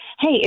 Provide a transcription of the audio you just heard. Hey